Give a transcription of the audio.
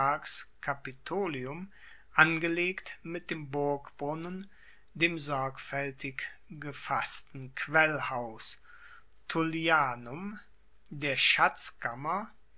angelegt mit dem burgbrunnen dem sorgfaeltig gefassten quellhaus tullianum der schatzkammer